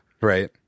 Right